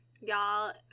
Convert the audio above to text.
y'all